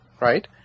right